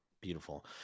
Beautiful